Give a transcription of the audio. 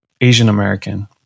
asian-american